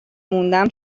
موندم